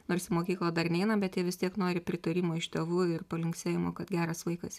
nors į mokyklą dar neina bet jie vis tiek nori pritarimo iš tėvų ir palinksėjimo kad geras vaikas